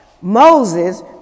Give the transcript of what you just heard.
Moses